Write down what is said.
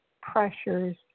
pressures